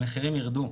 המחירים ירדו.